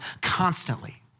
constantly